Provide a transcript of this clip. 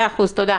תודה.